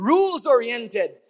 Rules-oriented